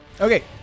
Okay